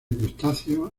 crustáceos